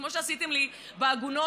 כמו שעשיתם לי בעגונות,